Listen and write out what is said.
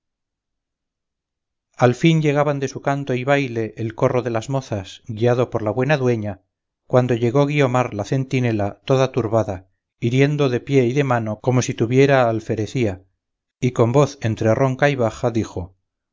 al fin llegaban de su canto y baile el corro de las mozas guiado por la buena dueña cuando llegó guiomar la centinela toda turbada hiriendo de pie y de mano como si tuviera alferecía y con voz entre ronca y baja dijo